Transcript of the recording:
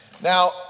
Now